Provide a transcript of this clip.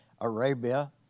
Arabia